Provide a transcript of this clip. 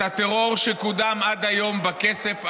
את הטרור שקודם עד היום בכסף הזה,